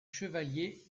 chevalier